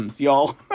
y'all